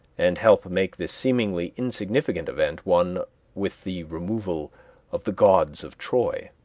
and help make this seemingly insignificant event one with the removal of the gods of troy.